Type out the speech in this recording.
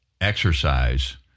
exercise